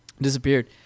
disappeared